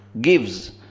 gives